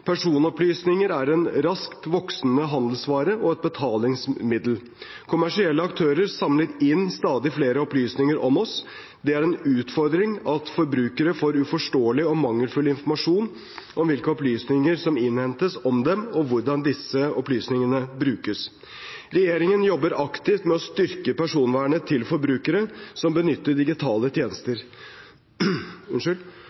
Personopplysninger er en raskt voksende handelsvare og et betalingsmiddel. Kommersielle aktører samler inn stadig flere opplysninger om oss. Det er en utfordring at forbrukere får uforståelig og mangelfull informasjon om hvilke opplysninger som innhentes om dem, og hvordan disse opplysningene brukes. Regjeringen jobber aktivt med å styrke personvernet til forbrukere som benytter digitale tjenester.